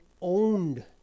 owned